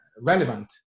relevant